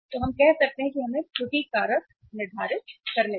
तो हम कह सकते हैं कि हमें त्रुटि कारक निर्धारित करने दें